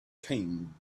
came